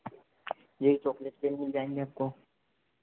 जी chocolate भी मिल जाएँगे आपको